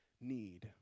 need